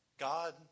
God